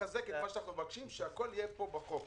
אתה מחזק את מה שאנחנו מבקשים שהכול יהיה פה בחוק.